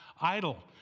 idle